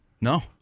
No